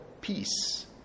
peace